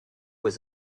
was